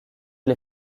les